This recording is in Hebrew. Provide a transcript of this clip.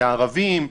בערבים,